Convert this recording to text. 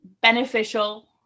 beneficial